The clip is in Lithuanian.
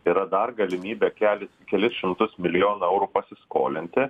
yra dar galimybė kelia kelis šimtus milijonų eurų pasiskolinti